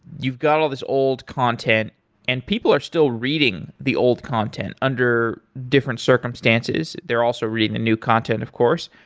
you've got all this old content and people are still reading the old content under different circumstances, they're also reading the new content of course.